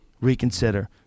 reconsider